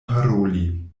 paroli